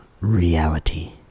reality